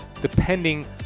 depending